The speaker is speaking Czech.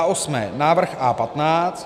8. Návrh A15.